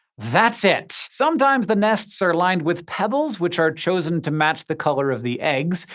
that's it. sometimes, the nests are lined with pebbles, which are chosen to match the color of the eggs.